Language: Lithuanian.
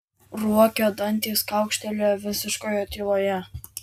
ruokio dantys kaukštelėjo visiškoje tyloje